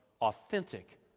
authentic